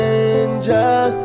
angel